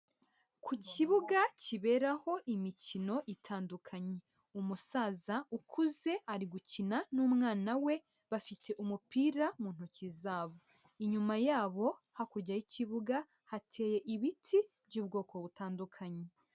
Ku kibuga kiberaho imikino itandukanye. Umusaza ukuze ari gukina n'umwana we, bafite umupira mu ntoki zabo. Inyuma yabo hakurya y'ikibuga hateye ibiti by'ubwoko butandukanye.